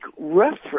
reference